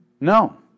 No